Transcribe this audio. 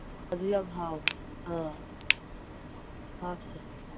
ꯑꯗꯨ ꯌꯥꯝ ꯍꯥꯎꯕꯅꯦ ꯑ ꯍꯥꯞꯁꯦ